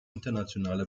internationale